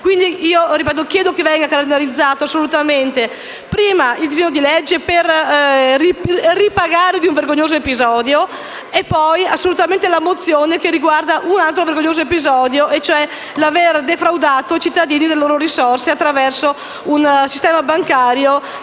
Chiedo pertanto che venga calendarizzato prima il disegno di legge per riparare ad un vergognoso episodio e poi la mozione che riguarda un altro vergognoso episodio, cioè l'aver defraudato i cittadini delle loro risorse, attraverso un sistema bancario